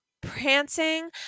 Prancing